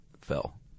fell